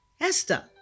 Esther